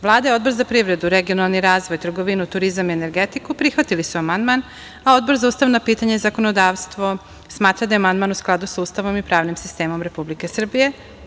Vlada i Odbor za privredu, regionalni razvoj, trgovinu, turizam i energetiku prihvatili su amandman, a Odbor za ustavna pitanja i zakonodavstvo smatra da je amandman u skladu sa Ustavom i pravnim sistemom Republike Srbije.